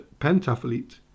pentathlete